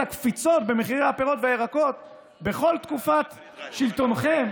הקפיצות במחירי הפירות והירקות בכל תקופת שלטונכם